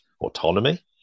autonomy